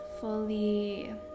fully